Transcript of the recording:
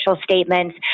statements